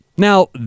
Now